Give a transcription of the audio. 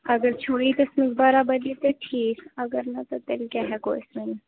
اگر چھُو ییٖتِس منٛز برابٔدی تہٕ ٹھیٖک اگر نہ تہٕ تیٚلہِ کیٛاہ ہٮ۪کَو أسۍ ؤنِتھ